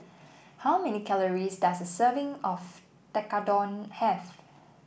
how many calories does a serving of Tekkadon have